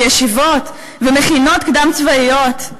ישיבות ומכינות קדם-צבאיות.